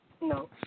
No